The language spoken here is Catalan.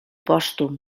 pòstum